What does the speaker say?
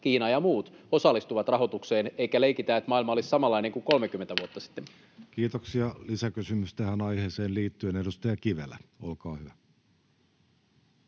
Kiina ja muut, osallistuvat rahoitukseen eikä leikitä, että maailma olisi samanlainen kuin 30 vuotta sitten. Lisäkysymys tähän aiheeseen liittyen, edustaja Kivelä, olkaa hyvä.